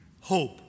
hope